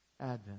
Advent